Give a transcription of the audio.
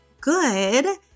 good